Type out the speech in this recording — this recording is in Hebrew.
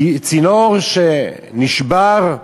צינור שנשבר,